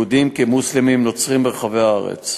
יהודים, מוסלמים ונוצרים ברחבי הארץ,